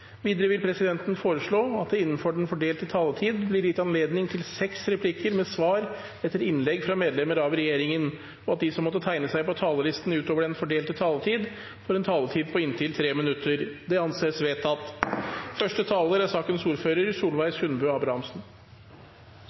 Videre vil presidenten foreslå at det – innenfor den fordelte taletid – blir gitt anledning til replikkordskifte på inntil seks replikker med svar etter innlegg fra medlemmer av regjeringen, og at de som måtte tegne seg på talerlisten utover den fordelte taletid, får en taletid på inntil 3 minutter. – Det anses vedtatt.